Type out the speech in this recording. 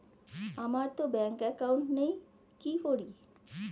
আমারতো ব্যাংকে একাউন্ট নেই কি করি?